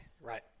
Right